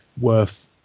worth